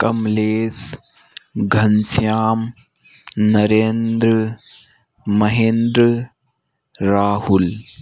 Kamlesh Ghanshyam Narendra Mahendra Rahul